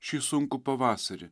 šį sunkų pavasarį